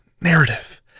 narrative